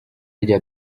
rya